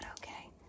okay